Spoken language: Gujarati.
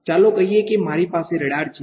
ચાલો કહીએ કે મારી પાસે રડાર છે